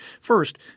First